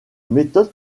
méthode